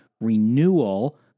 renewal